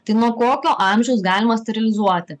tai nuo kokio amžiaus galima sterilizuoti